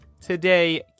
Today